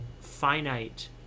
finite